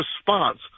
response